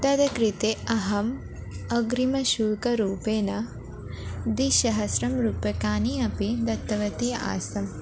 तद् कृते अहम् अग्रिमशुल्करूपेण द्विसहस्रं रूप्यकाणि अपि दत्तवती आसम्